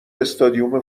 استادیوم